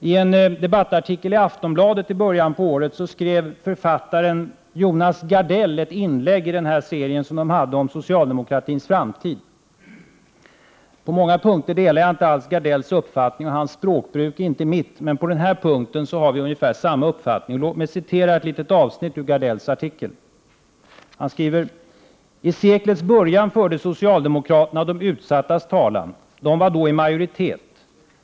I en debattartikel i Aftonbladet i början på året skrev författaren Jonas Gardell ett inlägg i serien om socialdemokratins framtid. På många punkter delar jag inte alls Gardells uppfattning, och hans språkbruk är inte mitt, men på den här punkten har vi ungefär samma uppfattning. Låt mig citera ett avsnitt ur Gardells artikel: ”Tseklets början förde socialdemokraterna de utsattas talan. Dessa var då i majoritet.